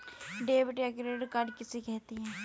Debit या credit card किसे कहते हैं?